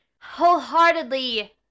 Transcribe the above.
wholeheartedly